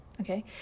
Okay